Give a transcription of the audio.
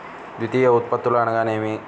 ద్వితీయ ఉత్పత్తులు అనగా నేమి?